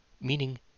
Meaning